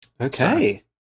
Okay